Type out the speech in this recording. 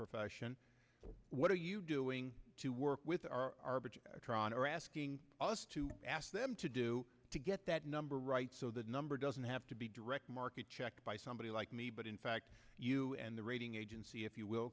profession what are you doing to work with our tron or ask us to ask them to do to get that number right so that number doesn't have to be direct market checked by somebody like me but in fact you and the rating agency if you will